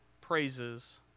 praises